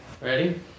Ready